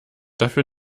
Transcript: dafür